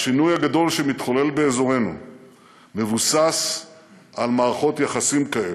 השינוי הגדול שמתחולל באזורנו מבוסס על מערכות יחסים כאלה,